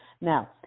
Now